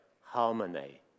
harmony